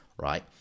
right